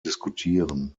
diskutieren